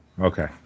Okay